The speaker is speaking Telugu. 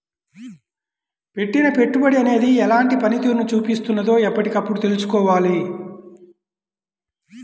పెట్టిన పెట్టుబడి అనేది ఎలాంటి పనితీరును చూపిస్తున్నదో ఎప్పటికప్పుడు తెల్సుకోవాలి